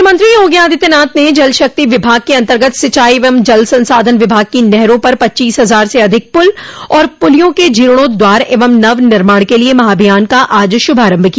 मुख्यमंत्री योगी आदित्यनाथ ने जल शक्ति विभाग के अंतर्गत सिंचाई एवं जल संसाधन विभाग की नहरों पर पच्चीस हजार से अधिक पुल और पुलियों के जीर्णोद्धार एवं नवनिर्माण के लिए महाभियान का आज शुभारंभ किया